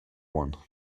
one